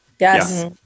Yes